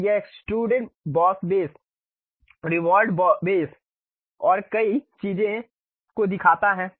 फिर यह extruded boss base revolved base और कई चीजों को दिखाता है